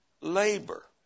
labor